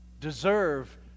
deserve